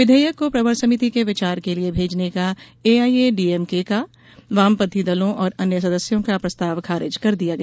विधेयक को प्रवर समिति के विचार के लिए भेजने का एआईएडीएमकेवामपंथी दलों और अन्य सदस्यों का प्रस्ताव खारिज कर दिया गया